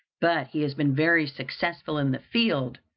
but he has been very successful in the field,